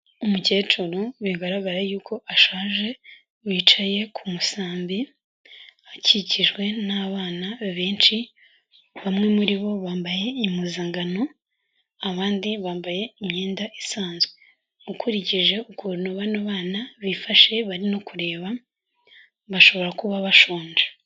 Umukecuru bigaragara yuko ashaje wicaye ku musambi akikijwe n'abana benshi, bamwe muri bo bambaye impuzankano abandi bambaye imyenda isanzwe. Ukurikije ukuntu bano bana bifashe barimo kureba, bashobora kuba bashonje.